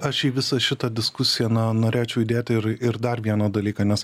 aš į visą šitą diskusiją na norėčiau įdėti ir ir dar vieną dalyką nes